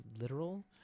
literal